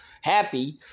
happy